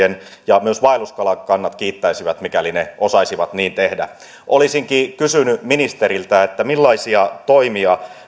ja myös vaelluskalakannat kiittäisivät mikäli ne osaisivat niin tehdä olisinkin kysynyt ministeriltä millaisia toimia